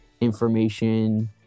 information